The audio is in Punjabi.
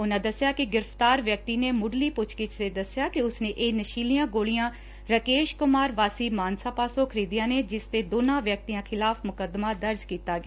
ਉਨਾਂ ਦਸਿਆ ਕਿ ਗ੍ਰਿਫ਼ਤਾਰ ਵਿਅਕਤੀ ਨੇ ਮੁੱਢਲੀ ਪੁੱਛਗਿੱਛ ਤੇ ਦਸਿਆ ਕਿ ਉਸ ਨੇ ਇਹ ਨਸ਼ੀਲਿਆਂ ਗੋਲੀਆਂ ਰਾਕੇਸ਼ ਕੁਮਾਰ ਵਾਸੀ ਮਾਨਸਾ ਪਾਸੋਂ ਖਰੀਦੀਆਂ ਨੇ ਜਿਸ ਤੇ ਦੋਨਾਂ ਵਿਅਕਤੀਆਂ ਖਿਲਾਫ਼ ਮੁਕੱਦਮਾ ਦਰਜ ਕੀਤਾ ਗਿਆ